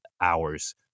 hours